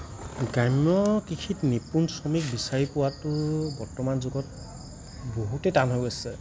গ্ৰাম্য কৃষিত নিপূণ শ্ৰমিক বিচাৰি পোৱাতো বৰ্তমান যুগত বহুতে টান হৈ গৈছে